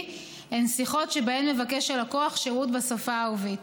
הן שיחות שבהן מבקש הלקוח שירות בשפה הערבית.